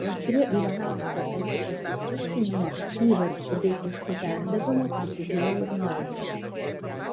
prie ivanausko ekipos sutriuškinimo įvarčiu bei tiksliu perdavimu prisidėjo ir novikovas